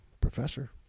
professor